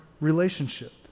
relationship